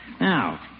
Now